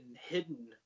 hidden